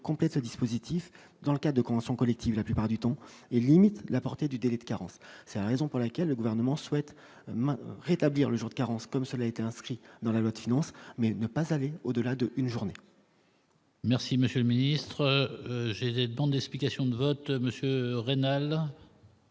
complètent le dispositif dans le cas de conventions collectives, la plupart du temps et limite la portée du délai de carence, c'est la raison pour laquelle le gouvernement souhaite maintenant rétablir le jour de carence, comme cela était inscrit dans la loi de finances, mais ne pas aller au-delà d'une journée. Merci monsieur le ministre, j'des demandes d'explications de vote Monsieur